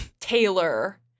Taylor